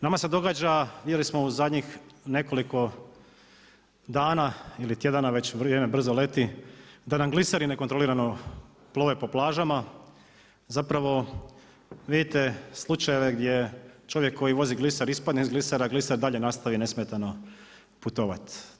Nama se događa, vidjeli smo u zadnjih nekoliko dana ili tjedana, već vrijeme brzo leti, da nam gliseri nekontrolirano plove po plažama, zapravo, vidite slučajeve gdje čovjek koji vozi gliser, ispadne glisera, a gliser dalje nastavi nesmetano putovati.